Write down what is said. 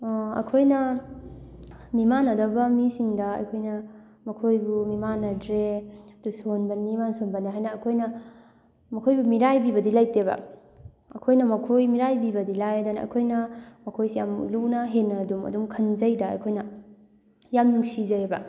ꯑꯩꯈꯣꯏꯅ ꯃꯤꯃꯥꯟꯅꯗꯕ ꯃꯤꯁꯤꯡꯗ ꯑꯩꯈꯣꯏꯅ ꯃꯈꯣꯏꯕꯨ ꯃꯤꯃꯥꯟꯅꯗ꯭ꯔꯦ ꯇꯨꯁꯣꯟꯕꯅꯤ ꯅꯥꯎꯁꯣꯟꯕꯅꯤ ꯍꯥꯏꯅ ꯑꯩꯈꯣꯏꯅ ꯃꯈꯣꯏꯕꯨ ꯃꯤꯔꯥꯏꯕꯤꯕꯗꯤ ꯂꯩꯇꯩꯕ ꯑꯩꯈꯣꯏꯅ ꯃꯈꯣꯏ ꯃꯤꯔꯥꯏꯕꯤꯕꯗꯤ ꯂꯥꯏꯔꯗꯅ ꯑꯩꯈꯣꯏꯅ ꯃꯈꯣꯏꯁꯦ ꯌꯥꯝ ꯂꯨꯅ ꯍꯦꯟꯅꯗꯨꯝ ꯑꯗꯨꯝ ꯈꯟꯖꯩꯗ ꯑꯩꯈꯣꯏꯅ ꯌꯥꯝ ꯅꯨꯡꯁꯤꯖꯩꯌꯦꯕ